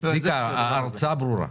צביקה, ההרצאה ברורה.